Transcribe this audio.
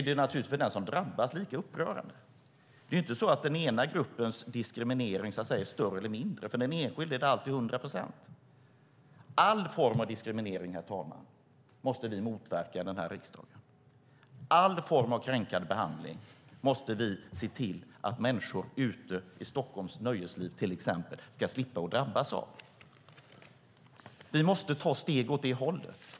Det är inte så att diskrimineringen av den ena gruppen är större eller mindre än diskrimineringen av den andra gruppen. För den enskilde är det alltid hundra procent. Herr talman! Vi här i riksdagen måste motverka alla former av diskriminering. Vi måste se till att människor ute i nöjeslivet i till exempel Stockholm slipper att drabbas av alla former av kränkande behandling. Vi måste ta steg åt det hållet.